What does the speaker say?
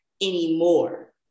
anymore